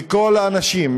מכל האנשים,